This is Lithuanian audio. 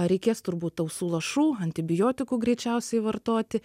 reikės turbūt ausų lašų antibiotikų greičiausiai vartoti